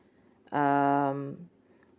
um